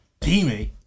teammate